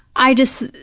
i just,